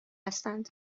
هستند